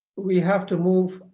we have to move